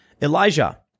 Elijah